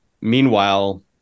meanwhile